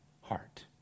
heart